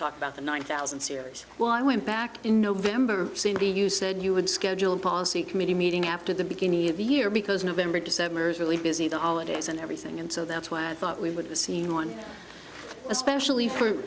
talk about the one thousand series well i went back in november seem to be you said you would schedule policy committee meeting after the beginning of the year because november december is really busy the holidays and everything and so that's why i thought we would be seen one especially for